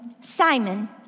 Simon